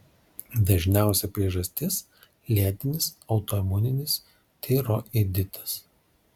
dažniausia priežastis lėtinis autoimuninis tiroiditas